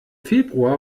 februar